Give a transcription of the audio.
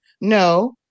no